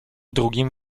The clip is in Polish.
drugim